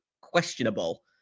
questionable